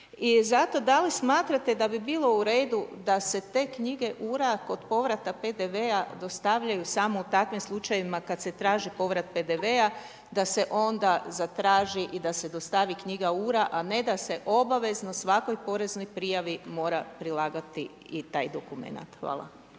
I zato da li smatrate da bi bilo u redu da se te knjige ura kod povrata PDV-a dostavljaju samo u takvim slučajevima kada se traži povrat PDV-a da se onda zatraži i da se dostavi knjiga U-RA a ne da se obavezno svakoj poreznoj prijavi mora prilagati i taj dokument. Hvala.